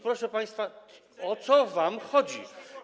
Proszę państwa, o co wam chodzi?